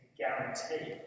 guarantee